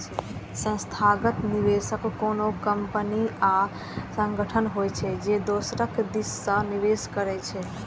संस्थागत निवेशक कोनो कंपनी या संगठन होइ छै, जे दोसरक दिस सं निवेश करै छै